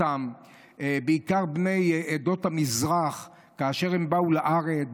בעיקר בני עדות המזרח כאשר הם באו לארץ,